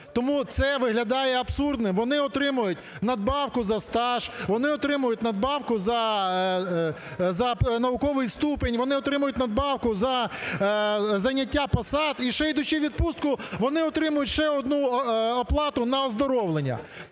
Тому це виглядає абсурдним. Вони отримують надбавку за стаж, вони отримують надбавку за науковий ступінь, вони отримують надбавку за заняття посад, і ще й, ідучи у відпустку, вони отримують ще одну оплату на оздоровлення.